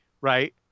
right